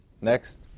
next